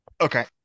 Okay